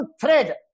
thread